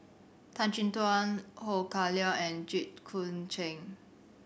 Tan Chin Tuan Ho Kah Leong and Jit Koon Ch'ng